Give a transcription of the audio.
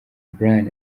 brian